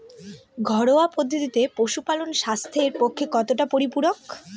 ঘরোয়া পদ্ধতিতে পশুপালন স্বাস্থ্যের পক্ষে কতটা পরিপূরক?